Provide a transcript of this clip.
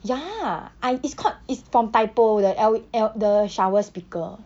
ya I it's called it's from Typo the L L the shower speaker